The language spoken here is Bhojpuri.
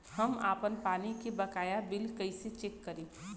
हम आपन पानी के बकाया बिल कईसे चेक करी?